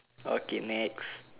okay next